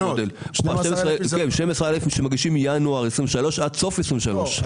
12,000 זה אלה שמגישים מינואר 2023 עד סוף 2023. לא,